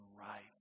right